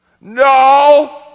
No